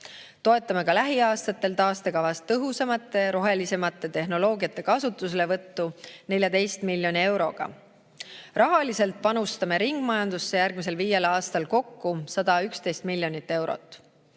Toetame ka lähiaastatel taastekavas tõhusamate ja rohelisemate tehnoloogiate kasutuselevõttu 14 miljoni euroga. Rahaliselt panustame ringmajandusse järgmisel viiel aastal kokku 111 miljonit eurot.